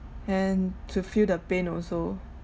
and to feel the pain also